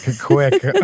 quick